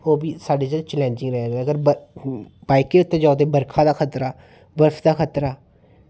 ओह्बी साढ़े चलाने पर अगर बाईक पर जा दे ते बऱ्खा दा खतरा बरफ दा खतरा